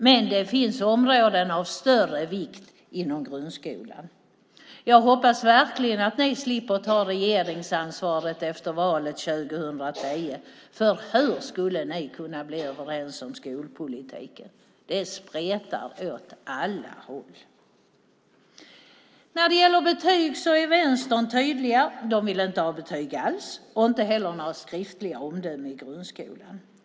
Men det finns områden av större vikt inom grundskolan. Jag hoppas verkligen att ni slipper ta regeringsansvaret efter valet år 2010. Hur skulle ni kunna bli överens om skolpolitiken? Det spretar åt alla håll. När det gäller betyg är Vänstern tydliga. De vill inte ha betyg alls och inte heller några skriftliga omdömen i grundskolan.